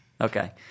Okay